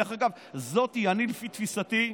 דרך אגב, לפי תפיסתי,